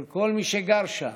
של כל מי שגר שם,